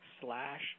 slash